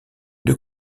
deux